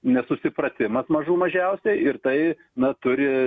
nesusipratimas mažų mažiausiai ir tai na turi